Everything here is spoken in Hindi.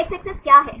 एक्स अक्ष क्या है